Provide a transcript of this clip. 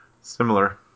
Similar